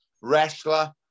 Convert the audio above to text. Wrestler